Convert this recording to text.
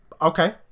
okay